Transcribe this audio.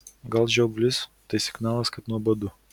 gal žiovulys tai signalas kad nuobodu